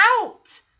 out